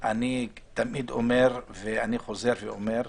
אני תמיד אומר ואני חוזר ואומר,